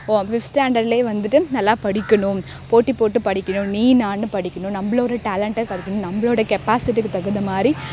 ஒ ஃபிஃப்த் ஸ்டாண்டர்ட்ல வந்துட்டு நல்லா படிக்கணும் போட்டி போட்டு படிக்கணும் நீ நான் படிக்கணும் நம்மள ஒரு டேலெண்டாக படிக்கணும் நம்மளோட கெப்பாசிட்டிக்கு தகுந்த மாதிரி